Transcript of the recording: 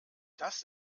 das